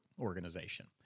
organization